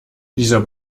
dieser